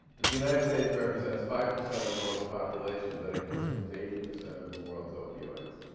that the united states represents five percent of the world's population, but it consumes eighty percent of the world's opioids.